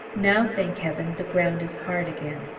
now, thank heaven, the ground is hard again.